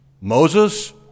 Moses